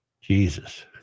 Jesus